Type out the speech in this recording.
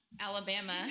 Alabama